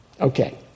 Okay